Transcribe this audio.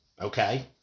Okay